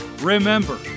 Remember